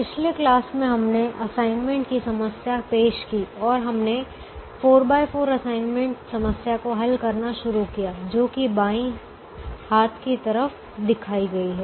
पिछले क्लास में हमने असाइनमेंट की समस्या पेश की और हमने 44 असाइनमेंट समस्या को हल करना शुरू किया जो कि बाएं हाथ की तरफ दिखाई गई है